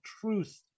truth